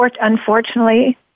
unfortunately